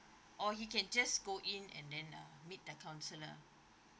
or he can just go in and then uh meet the counsellor